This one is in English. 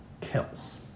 kills